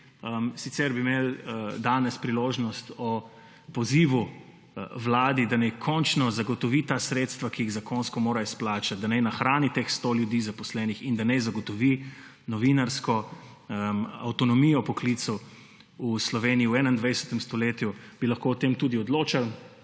sicer bi imeli danes priložnost o pozivu vladi, da naj končno zagotovi ta sredstva, ki jih zakonsko mora izplačati, da naj nahrani teh 100 ljudi zaposlenih in da naj zagotovi novinarsko avtonomijo poklicu v Sloveniji v 21. stoletju bi lahko o tem tudi odločali,